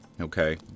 okay